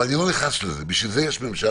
אבל אני לא נכנס לזה, בשביל זה יש ממשלה,